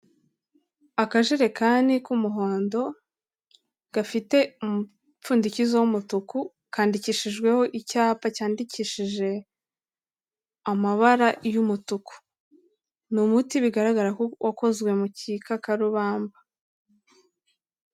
Akajerekani k'umuhondo gafite umupfundikizo w'umutuku kandikishijweho icyapa cyandikishije amabara y'umutuku. Ni umuti bigaragara ko wakozwe mu gikakarubamba.